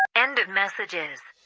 end of messages